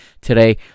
today